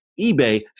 eBay